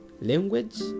language